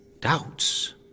doubts